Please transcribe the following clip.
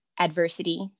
adversity